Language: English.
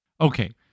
Okay